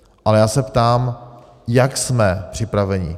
Ale já se ptám: Jak jsme připraveni?